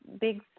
big